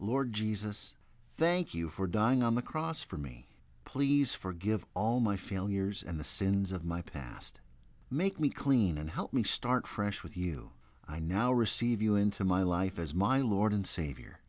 lord jesus thank you for dying on the cross for me please forgive all my failures and the sins of my past make me clean and help me start fresh with you i now receive you into my life as my lord and savior